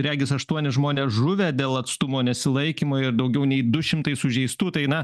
regis aštuoni žmonės žuvę dėl atstumo nesilaikymo ir daugiau nei du šimtai sužeistų tai na